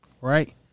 right